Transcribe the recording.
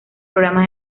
programas